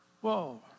Whoa